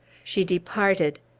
she departed,